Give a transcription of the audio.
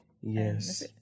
Yes